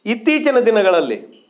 ಇತ್ತೀಚಿನ ದಿನಗಳಲ್ಲಿ